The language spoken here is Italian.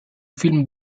film